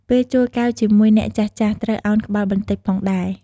ពេលជល់កែវជាមួយអ្នកចាស់ៗ ត្រូវឳនក្បាលបន្តិចផងដែរ។